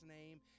name